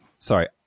Sorry